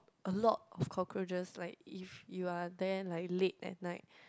a lot of cockroaches like if you are there like late at night